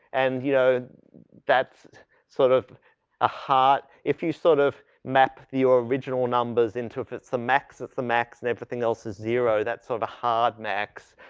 and you know that's sort of a hot if you sort of map your original numbers into, if it's the max of the max and everything else is zero, that's sort of a hard max.